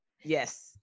Yes